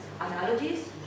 analogies